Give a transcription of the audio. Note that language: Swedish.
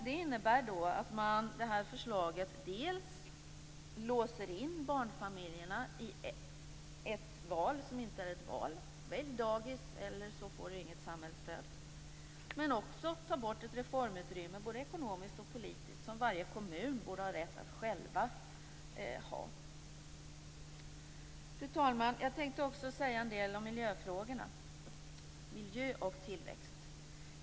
Det innebär att förslaget låser in barnfamiljerna i ett val, som inte är ett val: Välj dagis eller också får du inget samhällsstöd. Det tar också bort ett reformutrymme både ekonomiskt och politiskt som varje kommun borde ha rätt att själv ha. Fru talman! Jag vill också säga något om miljöfrågorna, om miljö och tillväxt.